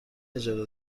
اجاره